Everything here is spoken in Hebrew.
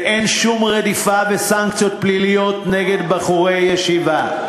ואין שום רדיפה וסנקציות פליליות נגד בחורי ישיבה,